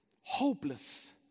hopeless